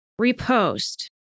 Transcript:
Repost